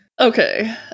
Okay